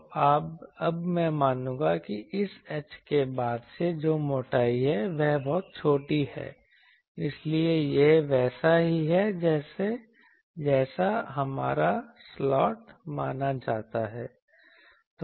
तो अब मैं मानूंगा कि इस h के बाद से जो मोटाई है वह बहुत छोटी है इसलिए यह वैसा ही है जैसा हमारा स्लॉट माना जाता है